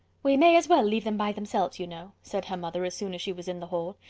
we may as well leave them by themselves you know said her mother, as soon as she was in the hall.